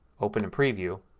open in preview,